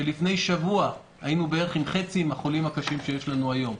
שלפני שבוע היינו בערך עם חצי ממספר החולים הקשים שיש לנו היום.